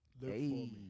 hey